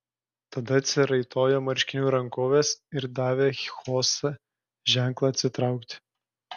tada atsiraitojo marškinių rankoves ir davė chosė ženklą atsitraukti